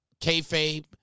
kayfabe